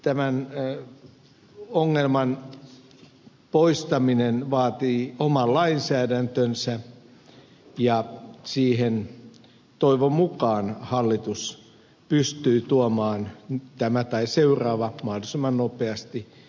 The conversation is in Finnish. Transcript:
tämän ongelman poistaminen vaatii oman lainsäädäntönsä ja siitä toivon mukaan hallitus pystyy tuomaan tämä tai seuraava mahdollisimman nopeasti esityksiä